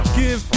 give